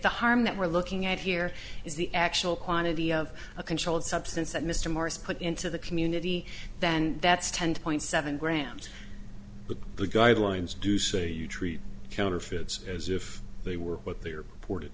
the harm that we're looking at here is the actual quantity of a controlled substance that mr morris put into the community then that's ten point seven grams but the guidelines do say you treat counterfeits as if they were what they are port